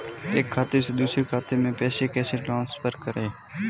एक खाते से दूसरे खाते में पैसे कैसे ट्रांसफर करें?